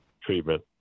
treatment